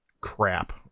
crap